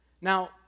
Now